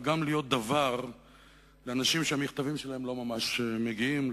וגם להיות דוור לאנשים שהמכתבים שלהם לא ממש מגיעים.